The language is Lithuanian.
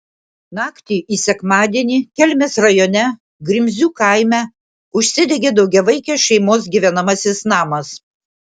naktį į sekmadienį kelmės rajone grimzių kaime užsidegė daugiavaikės šeimos gyvenamasis namas